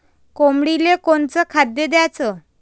कोंबडीले कोनच खाद्य द्याच?